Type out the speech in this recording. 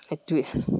সেইটোৱে